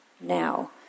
now